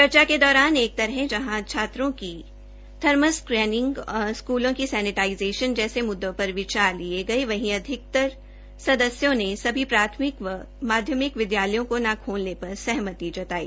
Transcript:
चर्चा के दौरान एक तरह जहां छात्रों की थर्मल स्क्रीनिंग स्कूलों की सैनेटाइजेंशन जैसे मुद्दों पर विचार लिए गये वहीं अधिकतर सदस्यों ने अपनी प्राथमिक माध्यमिक विद्यालयों को न खोलने पर सहमति जताई